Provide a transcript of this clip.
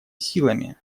силами